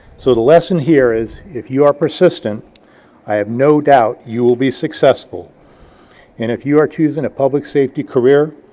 so the lesson here is, if you are persistent i have no doubt you will be successful, and if you are choosing a public safety career,